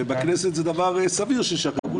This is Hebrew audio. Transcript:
ובכנסת זה דבר סביר ששוכחים,